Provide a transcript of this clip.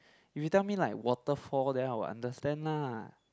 if you tell me like waterfall then I would understand lah